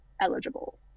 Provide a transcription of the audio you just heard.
eligible